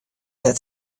net